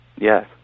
Yes